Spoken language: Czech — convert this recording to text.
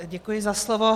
Děkuji za slovo.